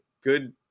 good